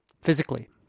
Physically